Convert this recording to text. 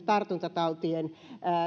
tartuntatautien